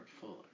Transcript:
Fuller